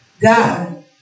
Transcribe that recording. God